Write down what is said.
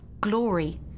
glory